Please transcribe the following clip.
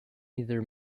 either